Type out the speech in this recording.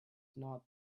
not